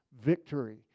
victory